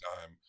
time